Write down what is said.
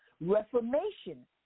reformation